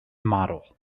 model